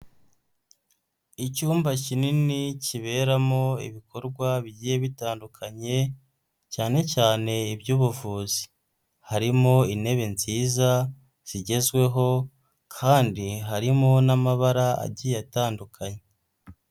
Icyumba kinini kiberamo ibikorwa bigiye bitandukanye, cyane cyane iby'ubuvuzi, harimo intebe nziza zigezweho kandi harimo n'amabara agiye atandukanye.